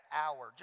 hour